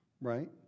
right